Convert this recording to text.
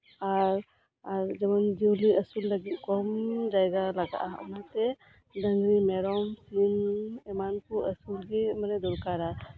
ᱟᱨ ᱡᱤᱭᱟᱞᱤ ᱟᱹᱥᱩᱞ ᱞᱟᱹᱜᱤᱫ ᱛᱮᱦᱚᱸ ᱠᱚᱢ ᱡᱟᱭᱜᱟ ᱞᱟᱜᱟᱜᱼᱟ ᱚᱱᱟᱛᱮ ᱰᱟᱝᱨᱤ ᱢᱮᱨᱚᱢᱹ ᱥᱤᱢ ᱮᱢᱟᱱ ᱠᱚ ᱟᱹᱥᱩᱞᱜᱮ ᱫᱚᱨᱠᱟᱨᱟ